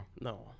No